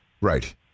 Right